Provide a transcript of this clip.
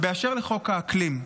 ובאשר לחוק האקלים,